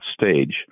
stage